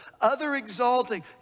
other-exalting